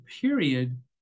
period